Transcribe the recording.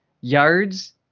yards